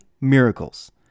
miracles